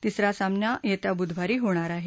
तीसरा सामना येत्या बुधवारी होणार आहे